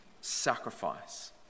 sacrifice